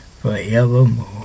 forevermore